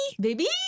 baby